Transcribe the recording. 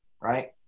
right